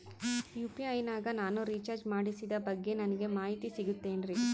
UPI ನಾಗ ನಾನು recharge ಮಾಡಿಸಿದ ಬಗ್ಗೆ ನನಗೆ ಮಾಹಿತಿ ಸಿಗುತೇನ್ರೀ?